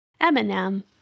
Eminem